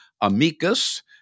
Amicus